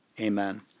Amen